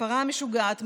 הפרה המשוגעת,